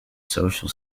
social